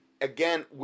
again